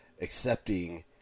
accepting